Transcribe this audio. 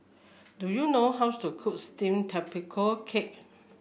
do you know how to cook steamed Tapioca Cake